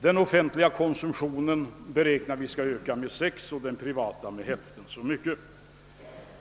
Den offentliga konsumtionen beräknar vi skall öka med 6 procent och den privata med hälften så mycket.